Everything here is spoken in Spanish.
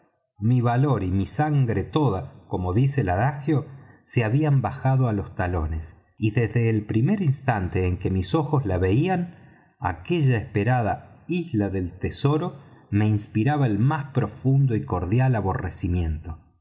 mi valor y mi sangre toda como dice el adagio se habían bajado á los talones y desde el primer instante en que mis ojos la veían aquella esperada isla del tesoro me inspiraba el más profundo y cordial aborrecimiento